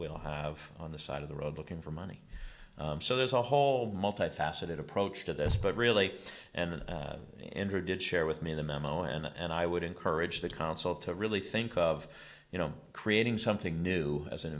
will have on the side of the road looking for money so there's a whole multi faceted approach to this but really and then entered did share with me the memo and i would encourage the consul to really think of you know creating something new as an